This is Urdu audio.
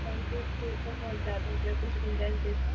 ٹوینٹی تھری تو بہت زیادہ ہو جائے کچھ گُنجائش دیکھو